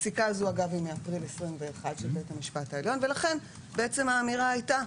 הפסיקה הזו של בית המשפט העליון היא מאפריל 2021. לכן האמירה הייתה: